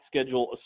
schedule